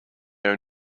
own